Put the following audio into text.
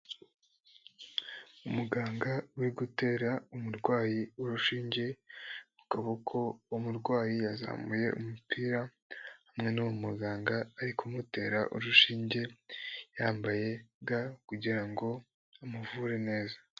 Umuganga uri gutera umurwayi urushinge ku kaboko, umurwayi yazamuye umupira hamwe n'uwo muganga ari kumutera urushinge, yambaye ga kugirango ngo amuvure neza.